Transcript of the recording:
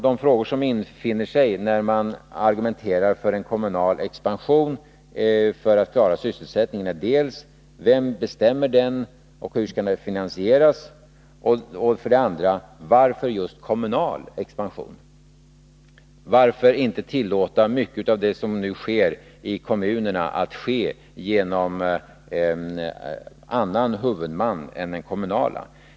De frågor som infinner sig när man argumenterar för en kommunal expansion för att klara sysselsättningen är för det första vem som bestämmer den och hur den skall finansieras och för det andra varför det just skall vara en kommunal expansion. Varför inte tillåta mycket av det som nu sker i kommunerna ske genom en annan huvudman än den kommunala?